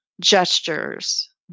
gestures